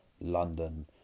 London